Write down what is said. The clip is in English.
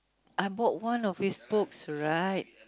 I bought one of his books right